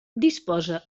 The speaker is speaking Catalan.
disposa